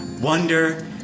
wonder